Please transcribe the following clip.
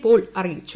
Paul അറിയിച്ചു